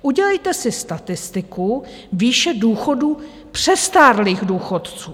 Udělejte si statistiku výše důchodů přestárlých důchodců.